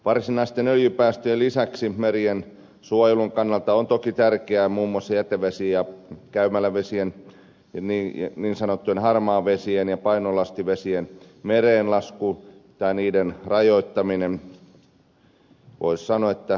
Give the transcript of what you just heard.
varsinaisten öljypäästöjen lisäksi meriensuojelun kannalta on toki tärkeää muun muassa jätevesien ja käymälävesien niin sanottujen harmaiden vesien ja painolastivesien mereen laskun rajoittaminen voisi sanoa kokonaisuudessaan